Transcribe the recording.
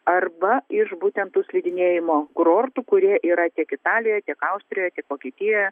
arba iš būtent tų slidinėjimo kurortų kurie yra tiek italijoj tiek austrijoj vokietijoje